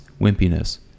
wimpiness